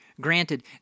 Granted